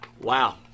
Wow